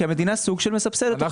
כי המדינה סוג של מסבסדת אותו.